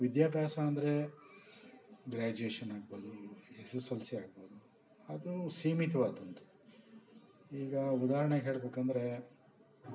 ವಿದ್ಯಾಭ್ಯಾಸ ಅಂದರೆ ಗ್ರ್ಯಾಜುಯೇಷನ್ ಆಗ್ಬೋದು ಎಸ್ ಎಸ್ ಎಲ್ ಸಿ ಆಗ್ಬೋದು ಅದು ಸೀಮಿತವಾದಂದು ಈಗ ಉದಾಹರ್ಣೆಗೆ ಹೇಳಬೇಕಂದ್ರೆ